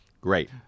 Great